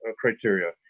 criteria